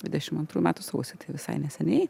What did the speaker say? dvidešim antrų metų sausį tai visai neseniai